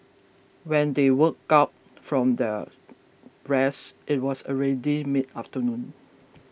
when they woke up from their rest it was already mid afternoon